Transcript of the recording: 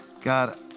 God